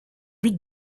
vite